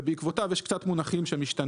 ובעקבותיו יש מעט או כמה מונחים שמשתנים,